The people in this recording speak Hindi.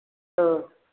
तो